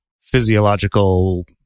physiological